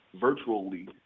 virtually